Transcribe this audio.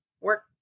work